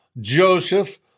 Joseph